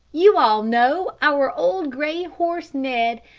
you all know our old gray horse ned.